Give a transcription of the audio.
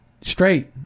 straight